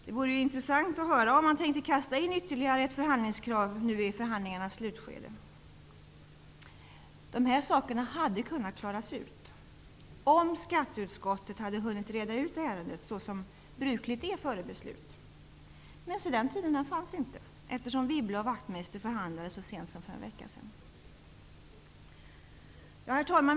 Det vore intressant att få höra om det skall kastas in ytterligare ett förhandlingskrav nu i förhandlingarnas slutskede. Dessa saker hade kunnat klaras ut om skatteutskottet hunnit bereda ärendet så som brukligt är före beslut. Men, se den tiden fanns inte eftersom Wibble och Wachtmeister förhandlade så sent som för en vecka sedan. Herr talman!